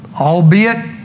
albeit